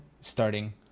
Starting